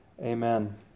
Amen